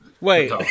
Wait